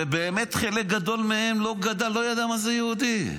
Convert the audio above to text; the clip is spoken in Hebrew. ובאמת חלק גדול מהם לא ידע מה זה יהודי.